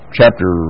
chapter